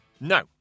No